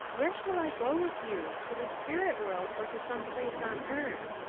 where shall i go with you to the spirit world or to some place on earth?